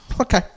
Okay